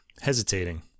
hesitating